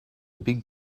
big